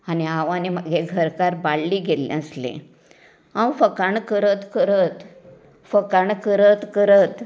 आनी हांव आनी मागे घरकार बाळ्ळीं गेल्ली आसली हांव फकाणां करत करत फकाणां करत करत